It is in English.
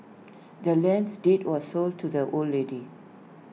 the land's deed was sold to the old lady